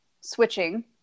switching